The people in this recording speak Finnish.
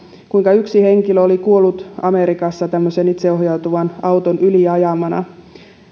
kuinka yksi henkilö oli kuollut amerikassa tämmöisen itseohjautuvan auton yli ajamana